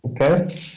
Okay